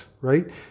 right